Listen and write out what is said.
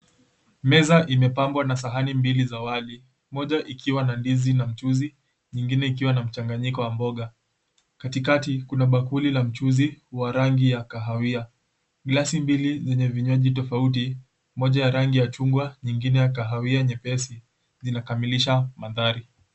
Meza imepambwa na sahani mbili za wali. Moja ikiwa na ndizi na mchuzi nyingine ikiwa na mchanganyiko wa mboga. Katikati kuna bakuli la mchuzi wa rangi ya kahawia. Glasi mbili zenye vinywaji tofauti, moja ya rangi ya chungwa, nyingine ya kahawia nyepesi, zinakamilisha mandhari.